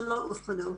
שלא אובחנו.